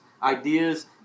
ideas